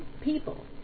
people